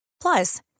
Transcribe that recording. Plus